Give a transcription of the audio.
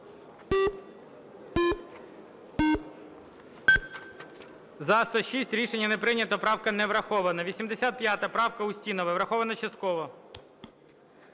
За-106 Рішення не прийнято. Правка не врахована. 85 правка Устінової. Враховано частково.